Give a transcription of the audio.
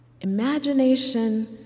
imagination